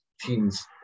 teams